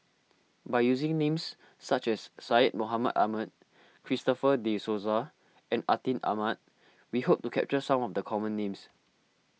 by using names such as Syed Mohamed Ahmed Christopher De Souza and Atin Amat we hope to capture some of the common names